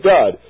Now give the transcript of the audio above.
God